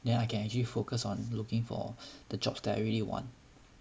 then I can actually focus on looking for the jobs that I really want